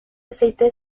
aceite